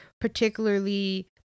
particularly